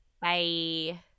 Bye